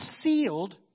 sealed